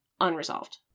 unresolved